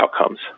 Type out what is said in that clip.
outcomes